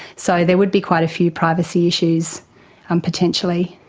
so there would be quite a few privacy issues um potentially.